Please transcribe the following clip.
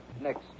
next